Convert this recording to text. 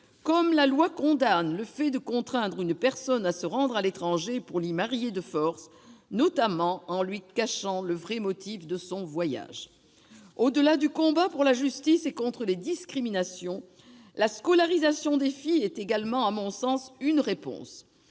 La loi condamne également le fait de contraindre une personne à se rendre à l'étranger pour l'y marier de force, notamment en lui cachant le vrai motif de son voyage. Au-delà du combat pour la justice et contre les discriminations, la scolarisation des filles est également, à mon sens, une réponse.